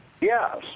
Yes